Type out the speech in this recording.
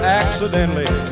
accidentally